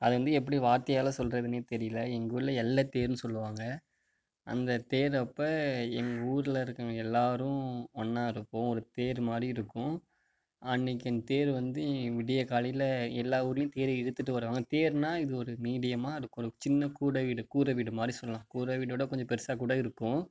அதைவந்து எப்படி வார்த்தையால் சொல்கிறதுனே தெரியலை எங்கள் ஊரில் எல்லை தேருனு சொல்லுவாங்க அந்த தேர் அப்போ எங்கள் ஊரில் இருக்கிற எல்லாேரும் ஒன்றா இருப்போம் ஒரு தேர் மாதிரி இருக்கும் அன்னிக்கி அந்த தேர் வந்து விடியற் காலையில் எல்லா ஊர்லேயும் தேர் இழுத்துகிட்டு வருவாங்க தேர்னால் இது ஒரு மீடியமாக இருக்கும் ஒரு சின்னக் கூடவீடு கூரைவீடு மாதிரி சொல்லலாம் கூரை வீடைவிட கொஞ்சம் பெருசாககூட இருக்கும்